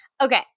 Okay